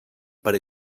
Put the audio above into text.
per